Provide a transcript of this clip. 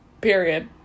Period